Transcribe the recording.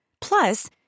Plus